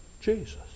Jesus